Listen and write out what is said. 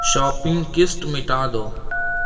shopping کسٹ مٹا دو